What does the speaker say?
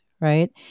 right